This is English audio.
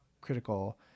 critical